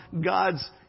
God's